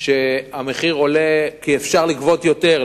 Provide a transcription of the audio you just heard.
שהמחיר עולה כי אפשר לגבות יותר,